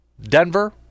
Denver